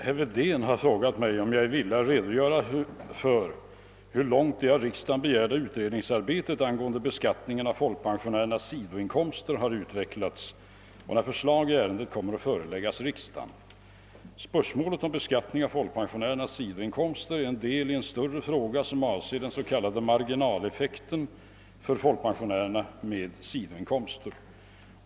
Herr talman! Herr Wedén har frågat mig, om jag är villig att redogöra för hur långt det av riksdagen begärda utredningsarbetet angående beskattningen av folkpensionärernas sidoinkomster har utvecklats och när förslag i ärendet kommer att föreläggas riksdagen. Spörsmålet om beskattning av folkpensionärernas sidoinkomster är en del i en större fråga som avser den s.k. marginaleffekten för folkpensionärer med sidoinkomster.